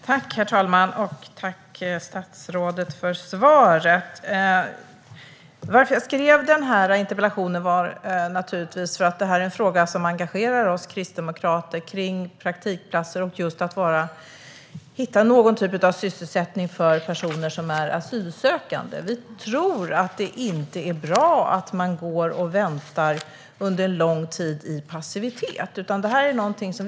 Herr talman! Jag tackar statsrådet för svaret. Jag skrev interpellationen för att frågan om praktikplatser och att hitta någon typ av sysselsättning för asylsökande engagerar oss kristdemokrater. Det är inte bra att man går och väntar i passivitet under lång tid.